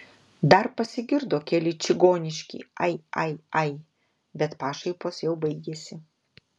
dar pasigirdo keli čigoniški ai ai ai bet pašaipos jau baigėsi